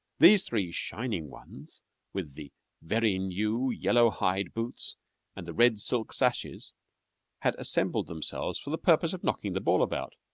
these three shining ones with the very new yellow hide boots and the red silk sashes had assembled themselves for the purpose of knocking the ball about.